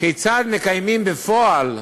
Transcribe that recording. כיצד מקיימים בפועל,